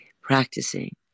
practicing